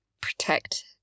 protect